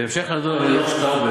בהמשך לדוח שטאובר,